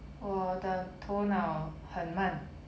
我的头脑很慢